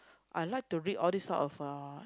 I like to read all these sort of a